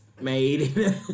made